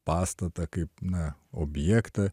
pastatą kaip na objektą